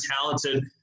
talented